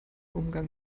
umgang